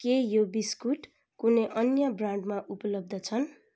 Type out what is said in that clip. के यो बिस्कुट कुनै अन्य ब्रान्डमा उपलब्ध छन्